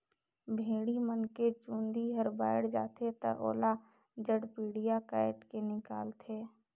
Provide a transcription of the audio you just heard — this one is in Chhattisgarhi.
भेड़ी मन के चूंदी हर बायड जाथे त ओला जड़पेडिया कायट के निकालथे